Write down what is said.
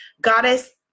Goddess